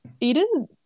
Eden